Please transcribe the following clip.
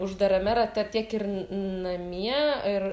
uždarame rate tiek ir n namie ir